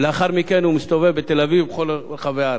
ולאחר מכן הוא מסתובב בתל-אביב ובכל רחבי הארץ,